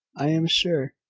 i am sure,